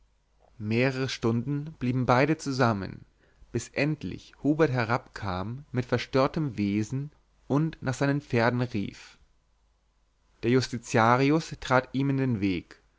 mehrere stunden blieben beide zusammen bis endlich hubert herabkam mit verstörtem wesen und nach seinen pferden rief der justitiarius trat ihm in den weg